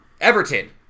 Everton